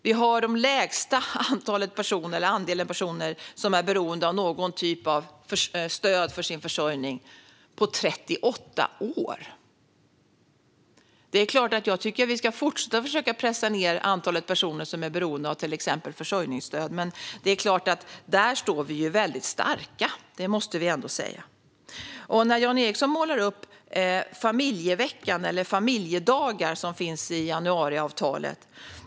Vi har den lägsta andelen personer som är beroende av någon typ av stöd för sin försörjning på 38 år. Det är klart att jag tycker att vi ska fortsätta att försöka pressa ned antalet personer som är beroende av till exempel försörjningsstöd. Men där står vi väldigt starka. Det måste vi ändå säga. Jan Ericson målar upp en bild av familjeveckan eller familjedagarna, som finns i januariavtalet.